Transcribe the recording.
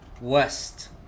West